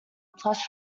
plush